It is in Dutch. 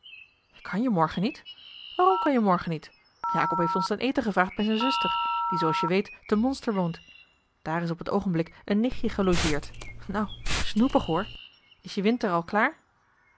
kan je morgen niet waarom kan je morgen niet jakob heeft ons ten eten gevraagd bij zijn zuster die zooals je weet te monster woont daar is op het oogenblik een nichtje gelogeerd nou snoepig hoor is je winter al klaar